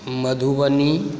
Madhubani